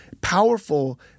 powerful